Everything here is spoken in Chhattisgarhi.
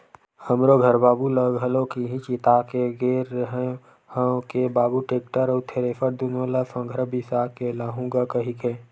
हमरो घर बाबू ल घलोक इहीं चेता के गे रेहे हंव के बाबू टेक्टर अउ थेरेसर दुनो ल संघरा बिसा के लाहूँ गा कहिके